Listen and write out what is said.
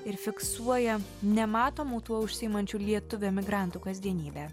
ir fiksuoja nematomų tuo užsiimančių lietuvių emigrantų kasdienybę